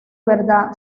verdad